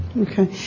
Okay